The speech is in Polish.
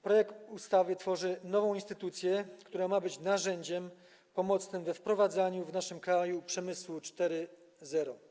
Projekt ustawy tworzy nową instytucję, która ma być narzędziem pomocnym we wprowadzaniu w naszym kraju przemysłu 4.0.